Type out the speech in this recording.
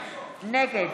נגד